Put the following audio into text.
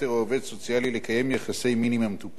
לקיים יחסי מין עם המטופל שלו בתקופת